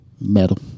Metal